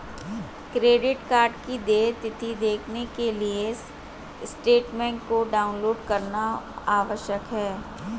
credit card की देय तिथी देखने के लिए स्टेटमेंट को डाउनलोड करना आवश्यक है